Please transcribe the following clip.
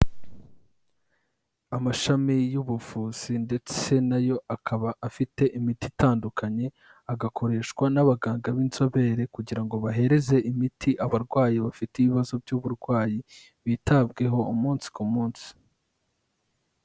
Amashami y'ubuvuzi ndetse nayo akaba afite imiti itandukanye, agakoreshwa n'abaganga b'inzobere, kugira ngo bahereze imiti abarwayi bafite ibibazo by'uburwayi bitabweho umunsi ku munsi.